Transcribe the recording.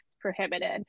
prohibited